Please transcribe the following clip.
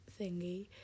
thingy